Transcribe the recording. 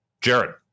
Jared